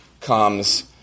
comes